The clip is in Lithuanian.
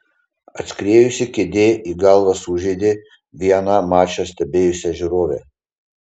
atskriejusi kėdė į galvą sužeidė vieną mačą stebėjusią žiūrovę